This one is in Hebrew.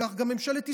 כך גם ממשלת ישראל,